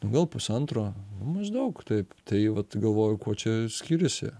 o gal pusantro nu maždaug taip tai vat galvoju kuo čia skiriasi